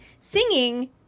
singing